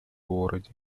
городе